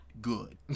good